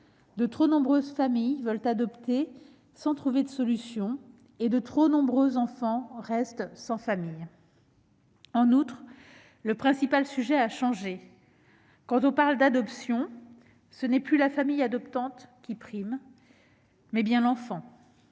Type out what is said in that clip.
de trop nombreuses familles veulent adopter sans trouver de solutions, et de trop nombreux enfants restent sans famille. En outre, le principal sujet a changé. Quand on parle d'adoption, c'est non plus la famille adoptante qui prime, mais bien l'enfant.